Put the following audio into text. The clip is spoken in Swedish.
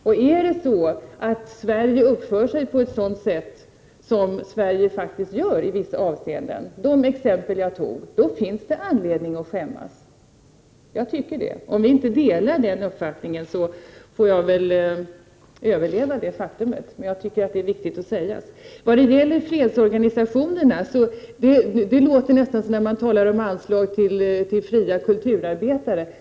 Om Sverige uppför sig på ett sådant sätt som Sverige i vissa avseenden faktiskt gör, som i de exempel jag tog, finns det anledning att skämmas. Jag anser det. Om ni inte delar den uppfattningen får jag väl överleva detta faktum, men jag tycker det är viktigt att detta sägs. När det gäller frågan om fredsorganisationerna låter det nästan som när man talar om anslag till fria kulturarbetare.